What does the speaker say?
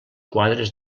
quadres